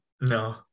No